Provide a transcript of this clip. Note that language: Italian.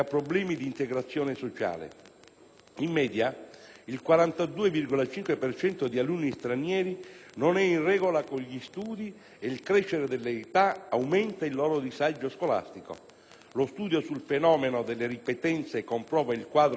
In media, il 42,5 per cento di alunni stranieri non è in regola con gli studi e il crescere dell'età aumenta il loro disagio scolastico. Lo studio sul fenomeno delle ripetenze comprova il quadro già riscontrato in base all'età: